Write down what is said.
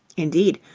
indeed,